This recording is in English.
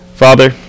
Father